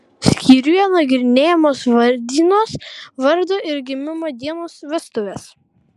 skyriuje nagrinėjamos vardynos vardo ir gimimo dienos vestuvės